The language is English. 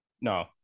no